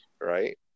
right